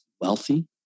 wealthy